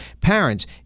Parents